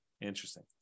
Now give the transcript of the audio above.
Interesting